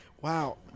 Wow